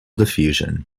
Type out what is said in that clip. diffusion